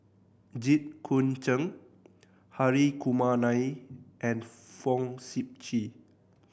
Jit Koon Ch'ng Hri Kumar Nair and Fong Sip Chee